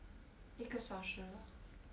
一个小时了